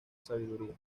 sabiduría